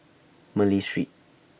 Malay Street